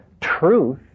truth